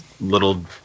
little